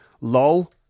lol